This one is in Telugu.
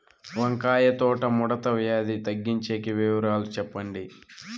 వంకాయ తోట ముడత వ్యాధి తగ్గించేకి వివరాలు చెప్పండి?